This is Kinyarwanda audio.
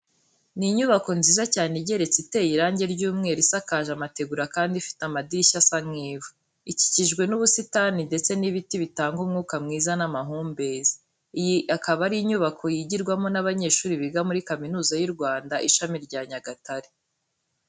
Ni inyubako nziza cyane igeretse iteye irange ry'umweru, isakaje amategura kandi ifte amadirishya asa nk'ivu. Ikikijwe n'ubusitani ndetse n'ibiti bitanga umwuka mwiza n'amahumbezi. Iyi ikaba ari inyubako yigirwamo n'abanyeshuri biga muri Kaminuza y'u Rwanda ishami rya Nyagatare.